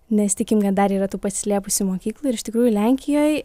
nes tikim kad dar yra tų pasislėpusių mokyklų ir iš tikrųjų lenkijoj